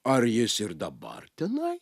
ar jis ir dabar tenai